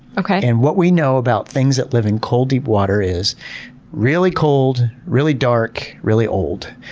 and what we know about things that live in cold, deep water, is really cold, really dark, really old,